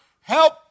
help